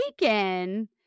weekend